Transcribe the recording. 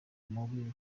mubi